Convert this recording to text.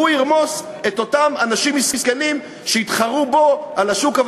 ירמוס את אותם אנשים מסכנים שיתחרו בו בשוק.